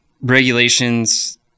regulations